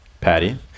Patty